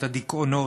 את הדיכאונות,